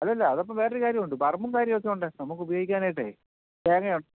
അതല്ല അതപ്പം വേറൊരു കാര്യം ഉണ്ട് പറമ്പും കാര്യം ഒക്കെ ഉണ്ട് നമുക്ക് ഉപയോഗിക്കാനായിട്ടേ